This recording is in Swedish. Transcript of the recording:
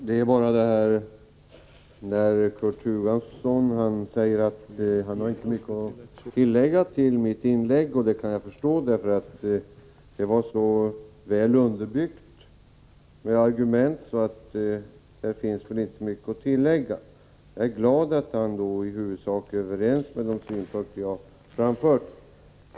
Herr talman! Kurt Hugosson säger att han inte har mycket att tillägga till mitt inlägg och det kan jag förstå eftersom mina argument är väl underbyggda. Jag är glad att han i huvudsak ansluter sig till de synpunkter jag har framfört.